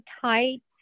tight